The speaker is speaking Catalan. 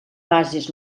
bases